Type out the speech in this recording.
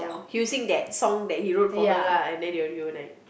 using that song that he wrote for her lah and then he will he will like